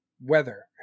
Weather